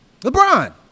LeBron